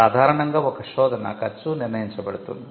సాధారణంగా ఒక శోధన ఖర్చు నిర్ణయించబడుతుంది